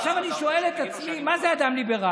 עכשיו אני שואל את עצמי: מה זה אדם ליברלי?